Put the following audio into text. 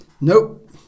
Nope